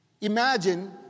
Imagine